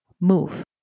move